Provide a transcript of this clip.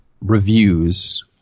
reviews